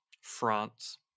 France